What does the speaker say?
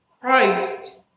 Christ